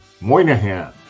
Moynihan